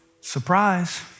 Surprise